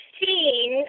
seen